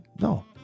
no